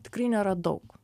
tikrai nėra daug